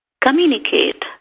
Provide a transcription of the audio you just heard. communicate